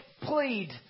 plead